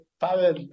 Pavel